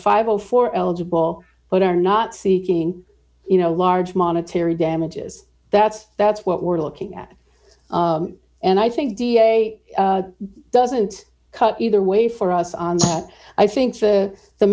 five or four eligible but are not seeking you know large monetary damages that's that's what we're looking at and i think d a doesn't cut either way for us on i think the the